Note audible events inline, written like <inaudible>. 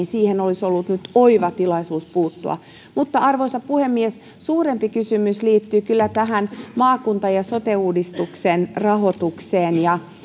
<unintelligible> siihen olisi ollut nyt oiva tilaisuus puuttua arvoisa puhemies suurempi kysymys liittyy kyllä tähän maakunta ja sote uudistuksen rahoitukseen ja